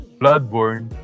bloodborne